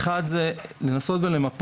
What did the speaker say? דבר ראשון זה לנסות ולמפות